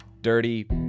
dirty